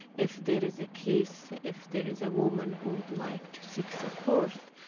if there is a case, if there is a woman who'd like to seek support,